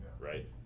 right